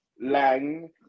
Lang